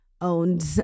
owned